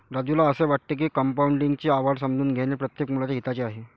राजूला असे वाटते की कंपाऊंडिंग ची आवड समजून घेणे प्रत्येक मुलाच्या हिताचे आहे